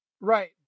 Right